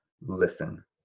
listen